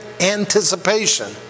anticipation